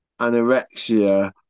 anorexia